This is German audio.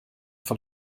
von